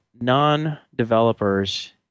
non-developers